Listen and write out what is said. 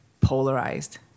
polarized